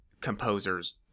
composers